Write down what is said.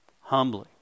Humbly